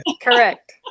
Correct